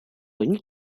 ogni